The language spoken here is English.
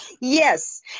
Yes